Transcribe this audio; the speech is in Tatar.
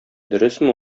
дөресме